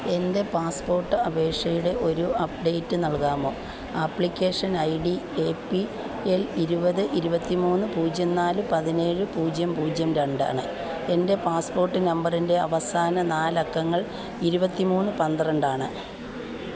എൻ്റെ പാസ്പോർട്ട് അപേക്ഷയുടെ ഒരു അപ്ഡേറ്റ് നൽകാമോ application I D A P L ഇരുപത് ഇരുപത്തിമൂന്ന് പൂജ്യം നാല് പതിനേഴ് പൂജ്യം പൂജ്യം രണ്ട് ആണ് എൻ്റെ പാസ്പോർട്ട് നമ്പറിൻ്റെ അവസാന നാല് അക്കങ്ങൾ ഇരുപത്തിമൂന്ന് പന്ത്രണ്ട് ആണ്